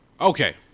Okay